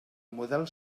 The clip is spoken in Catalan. model